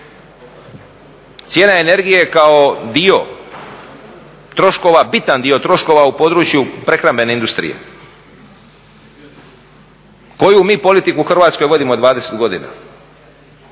Cijena energije kao dio troškova, bitan dio troškova u području prehrambene industrije. Koju mi politiku u Hrvatskoj vodimo 20 godina?